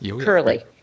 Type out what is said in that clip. Curly